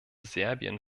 serbien